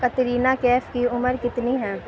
کترینہ کیف کی عمر کتنی ہے